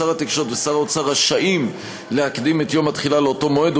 שר התקשורת ושר האוצר רשאים להקדים את יום התחילה לאותו מועד,